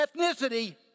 ethnicity